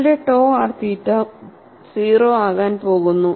നിങ്ങളുടെ ടോ ആർ തീറ്റ 0 ആകാൻ പോകുന്നു